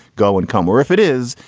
go and come or if it is,